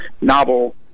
novel